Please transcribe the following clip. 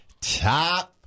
top